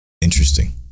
interesting